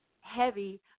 heavy